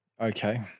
Okay